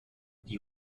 die